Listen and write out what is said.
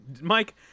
Mike